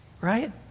Right